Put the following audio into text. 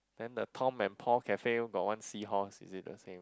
then the Tom and Paul cafe got one seahorse is it the same